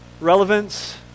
relevance